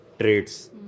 traits